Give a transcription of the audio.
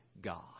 god